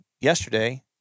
yesterday